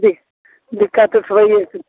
दिक दिक्कत उठबैयेके